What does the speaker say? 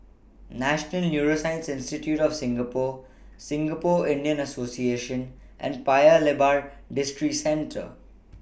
National Neuroscience Institute of Singapore Singapore Indian Association and Paya Lebar Districentre